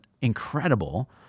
incredible